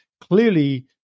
Clearly